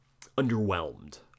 underwhelmed